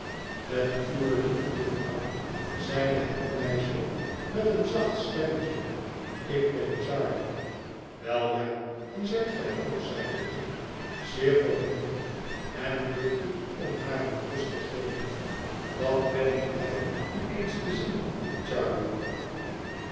met uw believen jufvrouw zeide het meisje met een zacht stemmetje ik ben charley wel ja die zijt gij ook zeide ik zeer verwonderd en bukte om haar een kus te geven wat ben ik blij u eens te zien